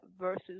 versus